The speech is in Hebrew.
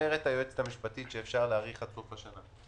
אומרת היועצת המשפטית שאפשר להאריך עד סוף השנה.